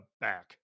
back